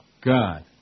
God